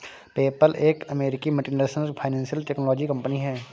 PayPal एक अमेरिकी multinational financial technology company है